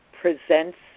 presents